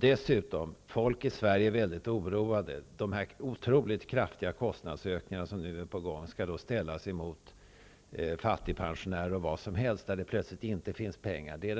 Dessutom är människor i Sverige mycket oroade. De otroligt kraftiga kostnadsökningar som nu är på gång skall ställas mot fattigpensionärer osv. Där finns det plötsligt inte pengar.